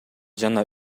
жана